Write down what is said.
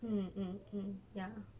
mm mm mm ya